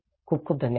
खूप खूप धन्यवाद